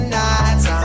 nights